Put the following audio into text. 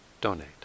donate